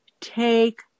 take